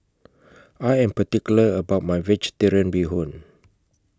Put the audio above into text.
I Am particular about My Vegetarian Bee Hoon